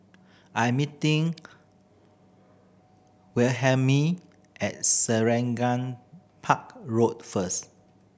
I am meeting Wilhelmine at Selarang Park Road first